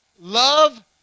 Love